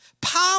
Power